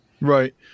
right